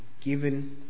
given